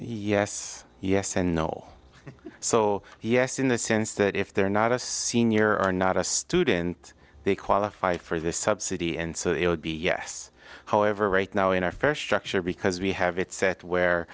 yes yes and no so yes in the sense that if they're not a senior are not a student they qualify for this subsidy and so it would be yes however right now in our first structure because we have it set where